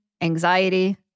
anxiety